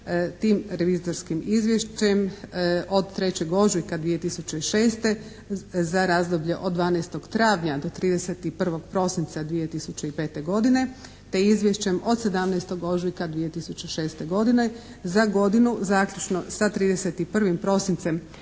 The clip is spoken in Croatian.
tim revizorskim izvješćem od 3. ožujka 2006. za razdoblje od 12. travnja do 31. prosinca 2005. godine te izvješćem od 17. ožujka 2006. godine za godinu zaključno sa 31. prosincem